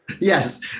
Yes